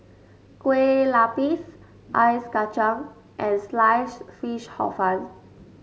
Kueh Lapis Ice Kacang and Sliced Fish Hor Fun